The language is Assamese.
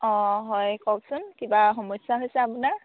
অঁ হয় কওকচোন কিবা সমস্যা হৈছে আপোনাৰ